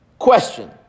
Question